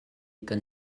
kan